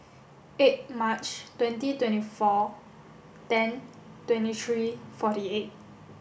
eight March twenty twenty four ten twenty three forty eight